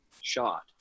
shot